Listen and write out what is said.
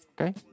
okay